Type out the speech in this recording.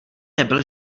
nebyl